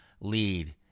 lead